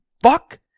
fuck